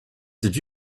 did